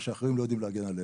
מה שאחרים לא יודעים להגן עלינו,